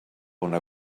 una